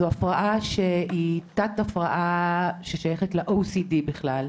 זו הפרעה שהיא תת הפרעה ששייכת לתחום ה-OCD בכלל.